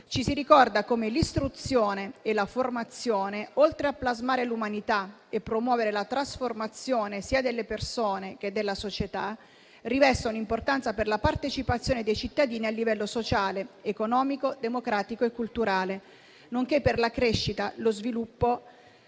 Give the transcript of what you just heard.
Ci si ricorda come l'istruzione e la formazione, oltre a plasmare l'umanità e promuovere la trasformazione sia delle persone, che della società, rivestono importanza per la partecipazione dei cittadini a livello sociale, economico, democratico e culturale, nonché per la crescita, lo sviluppo